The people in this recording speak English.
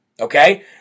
Okay